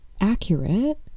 accurate